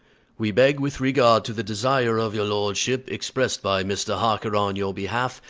we beg, with regard to the desire of your lordship, expressed by mr. harker on your behalf,